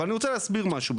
אבל אני רוצה להסביר משהו.